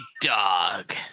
dog